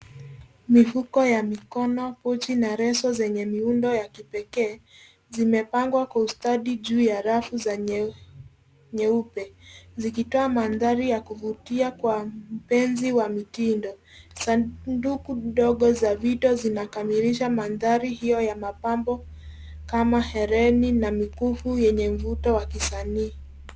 Mifuko ya mikono, pochi na leso zenye miundo ya kipekee, zimepangwa kwa ustadi juu ya rafu nyeupe, zikitoa mandhari ya kuvutia kwa mpenzi wa mitindo. Sanduku ndogo za vito zinakamilisha mandhari hiyo ya mapambo, kama hereni na mikufu yenye mvuto wa kisanii.